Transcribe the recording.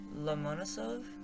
Lomonosov